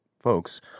folks